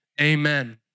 Amen